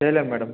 లేదులే మేడం